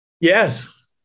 Yes